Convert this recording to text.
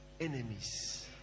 enemies